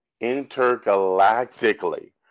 intergalactically